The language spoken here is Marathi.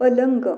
पलंग